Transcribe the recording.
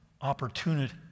opportunity